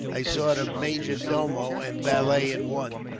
a sort of majordomo and valet in one,